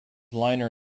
liner